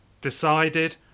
decided